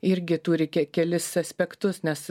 irgi turi ke kelis aspektus nes